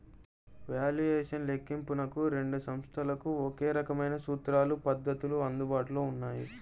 valuation లెక్కింపునకు రెండు సంస్థలకు ఒకే రకమైన సూత్రాలు, పద్ధతులు అందుబాటులో ఉన్నాయి